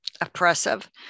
oppressive